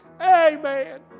Amen